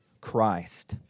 Christ